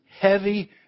heavy